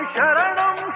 Sharanam